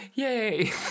Yay